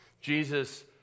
Jesus